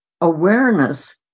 awareness